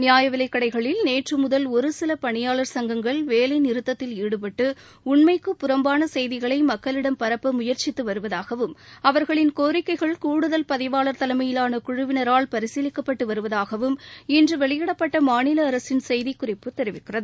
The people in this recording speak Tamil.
நியாய விலைக் கடைகளில் நேற்று முதல் ஒரு சில பணியாளர் சங்கங்கள் வேலை நிறுத்தத்தில் ாடுபட்டு உண்மைக்கு புறம்பான செய்திகளை மக்களிடம் பரப்ப முயற்சித்து வருவதாகவும் அவர்களின் கோரிக்கைகள் கூடுதல் பதிவாளர் தலைமையிலான குழுவினரால் பரிசீலிக்கப்பட்டு வருவதாகவும் இன்று வெளியிடப்பட்ட மாநில அரசின் செய்திக்குறிப்பு தெரிவிக்கிறது